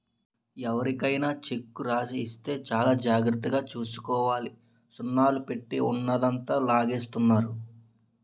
ఎవరికైనా చెక్కు రాసి ఇస్తే చాలా జాగ్రత్తగా చూసుకోవాలి సున్నాలు పెట్టి ఉన్నదంతా లాగేస్తున్నారు